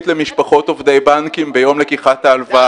למשפחות עובדי בנקים ביום לקיחת ההלוואה.